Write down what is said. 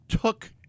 took